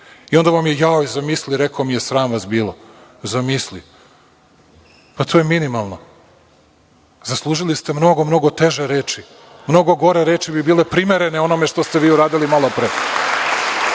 onda vam je – jao, zamisli, rekao mi je sram vas bilo, zamisli. Pa, to je minimalno. Zaslužili ste mnogo, mnogo teže reči, mnogo gore reči bi bile primerene onome što ste vi uradili malopre.